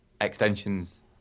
extensions